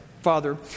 Father